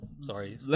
sorry